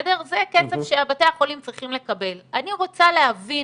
זה כסף שבתי החולים צריכים לקבל, אני רוצה להבין